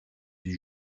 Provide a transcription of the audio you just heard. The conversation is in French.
des